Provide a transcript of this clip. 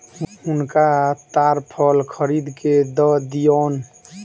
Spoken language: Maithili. हुनका ताड़ फल खरीद के दअ दियौन